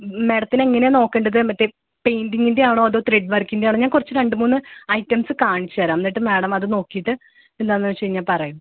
മാഡത്തിന് എങ്ങനെയാണ് നോക്കണ്ടത് മറ്റേ പെയിൻ്റിംഗിൻ്റെ ആണോ അതോ ത്രെഡ് വർക്കിൻ്റെ ആണോ ഞാൻ കുറച്ച് രണ്ട് മൂന്ന് ഐറ്റംസ് കാണിച്ച് തരാം എന്നിട്ട് മാഡം അത് നോക്കിയിട്ട് എന്താന്ന് വെച്ചുകഴിഞ്ഞാൽ പറ